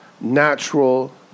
natural